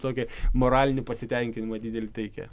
tokią moralinį pasitenkinimą didelį teikia